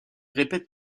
répète